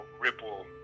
ripple